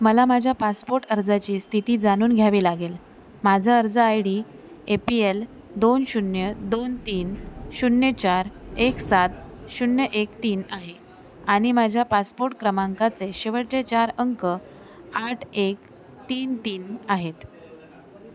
मला माझ्या पासपोर्ट अर्जाची स्थिती जाणून घ्यावी लागेल माझा अर्ज I D A P L दोन शून्य दोन तीन शून्य चार एक सात शून्य एक तीन आहे आणि माझ्या पासपोर्ट क्रमांकाचे शेवटचे चार अंक आठ एक तीन तीन आहेत